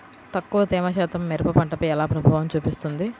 తక్కువ తేమ శాతం మిరప పంటపై ఎలా ప్రభావం చూపిస్తుంది?